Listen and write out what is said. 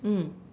mm